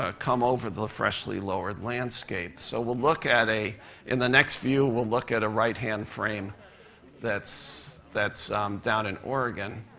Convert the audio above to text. ah come over the freshly lowered landscape. so we'll look at a in the next view, we'll look at a right-hand frame that's that's down in oregon.